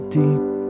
deep